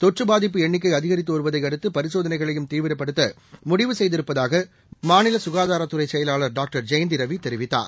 தொற்றுபாதிப்புஎண்ணிக்கைஅதிகரித்துவருவதைஅடுத்துபரிசோதனைகளையும்தீவிர ப்படுத்தமுடிவுசெய்திருப்பதாகமாநிலசுகாதாரத்துறைச்செயலாளர்டாக்டர்ஜெயந்திரவிதெரி வித்தார்